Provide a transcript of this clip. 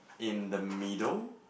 in the middle